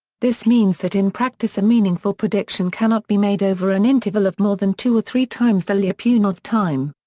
this means that in practice a meaningful prediction cannot be made over an interval of more than two or three times the lyapunov time.